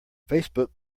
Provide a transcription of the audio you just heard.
facebook